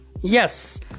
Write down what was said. yes